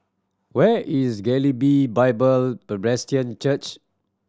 where is Galilee Bible Presbyterian Church